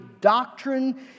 doctrine